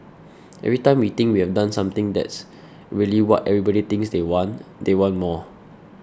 every time we think we've done something that's really what everybody thinks they want they want more